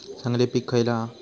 चांगली पीक खयला हा?